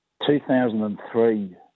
2003